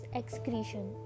excretion